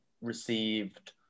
received